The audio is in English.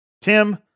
Tim